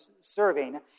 serving